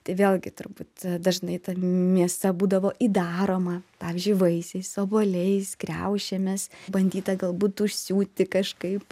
tai vėlgi turbūt dažnai ta mėsa būdavo įdaroma pavyzdžiui vaisiais obuoliais kriaušėmis bandyta galbūt užsiūti kažkaip